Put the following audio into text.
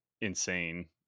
insane